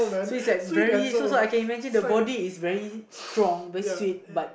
so is it like very so so I can imagine the body is very strong very sweet but